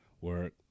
work